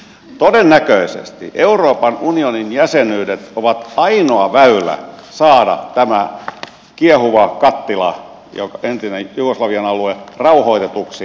todennäköisesti euroopan unionin jäsenyydet ovat ainoa väylä saada tämä kiehuva kattila entinen jugoslavian alue rauhoitetuksi